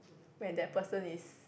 when that person is